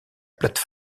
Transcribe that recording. plate